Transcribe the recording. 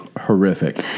horrific